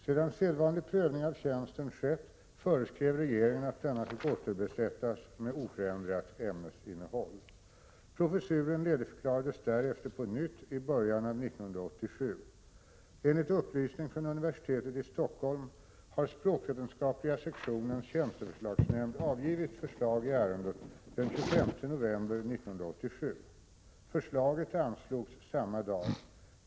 Sedan sedvanlig prövning av tjänsten skett föreskrev regeringen att denna fick återbesättas med oförändrat ämnesinnehåll. Professuren ledigförklarades därefter på nytt i början av 1987. Enligt upplysning från universitetet i Stockholm har språkvetenskapliga sektionens tjänsteförslagsnämnd avgivit förslag i ärendet den 25 november 1987. Förslaget anslogs samma dag.